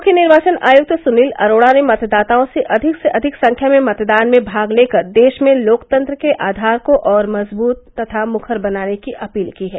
मुख्य निर्वाचन आयुक्त सुनील अरोड़ा ने मतदाताओं से अधिक से अधिक संख्या में मतदान में भाग लेकर देश में लोकतंत्र के आधार को और मजबूत तथा मुखर बनाने की अपील की है